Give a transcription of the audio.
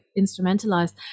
instrumentalized